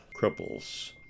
cripples